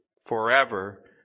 forever